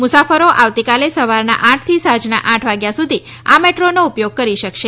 મુસાફરો આવતીકાલે સવારના આઠથી સાંજના આઠ સુધી આ મેટ્રોનો ઉપયોગ કરી શકશે